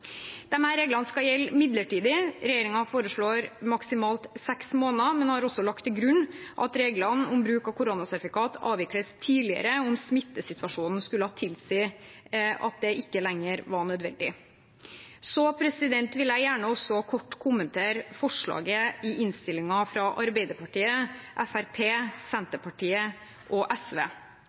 reglene skal gjelde midlertidig. Regjeringen foreslår maksimalt seks måneder, men har også lagt til grunn at reglene om bruk av koronasertifikat avvikles tidligere om smittesituasjonen skulle tilsi at det ikke lenger er nødvendig. Så vil jeg gjerne også kort kommentere forslaget fra Arbeiderpartiet, Fremskrittspartiet, Senterpartiet og SV